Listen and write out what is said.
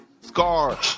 Scar